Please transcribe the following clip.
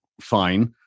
fine